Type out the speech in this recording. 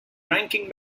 ranking